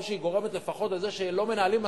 או שהיא גורמת לפחות לזה שלא מנהלים משא-ומתן,